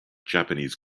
japanese